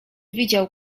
widział